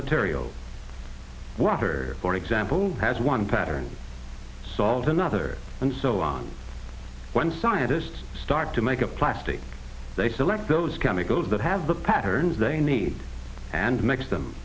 material rather for example as one pattern solves another and so on one scientists start to make a plastic they select those chemicals that have the patterns they need and mix them